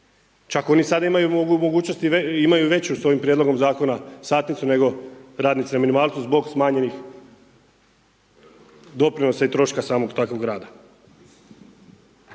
mogućnosti i imaju veću sa ovim prijedlogom zakona satnicu nego radnici na minimalcu zbog smanjenih doprinosa i troška samog takvog rada.